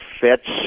fits